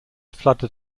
flooded